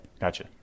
Gotcha